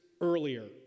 earlier